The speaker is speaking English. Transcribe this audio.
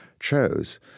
chose